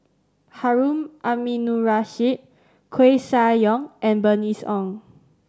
Harun Aminurrashid Koeh Sia Yong and Bernice Ong